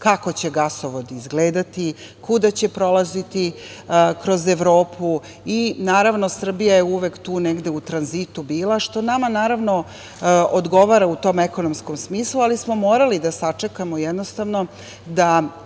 kako će gasovod izgledati, kuda će prolaziti kroz Evropu i Srbija je uvek tu negde u tranzitu bila, što nama, naravno, odgovara u tom ekonomskom smislu, ali smo morali da sačekamo da sazru sami